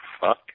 Fuck